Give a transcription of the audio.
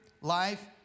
life